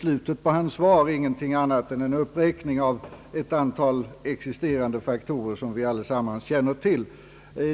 Slutet på hans svar är väl ingenting annat än en upprepning av ett antal existerande faktorer som vi alla känner till.